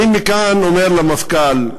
אני מכאן אומר למפכ"ל: